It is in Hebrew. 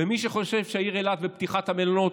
ומי שחושב שבעיר אילת פתיחת המלונות,